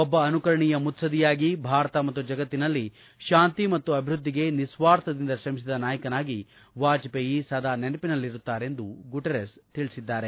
ಒಬ್ಬ ಅನುಕರಣೀಯ ಮುತ್ಲದ್ದಿಯಾಗಿ ಭಾರತ ಮತ್ತು ಜಗತ್ತಿನಲ್ಲಿ ಶಾಂತಿ ಮತ್ತು ಅಭಿವೃದ್ದಿಗೆ ನಿಸ್ವಾರ್ಥದಿಂದ ಶ್ರಮಿಸಿದ ನಾಯಕನಾಗಿ ವಾಜಪೇಯಿ ಸದಾ ನೆನಪಿನಲ್ಲಿರುತ್ತಾರೆಂದು ಗುಟೆರಸ್ ತಿಳಿಸಿದ್ದಾರೆ